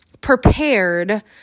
prepared